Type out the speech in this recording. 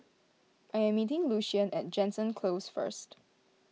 I am meeting Lucian at Jansen Close first